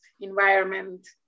environment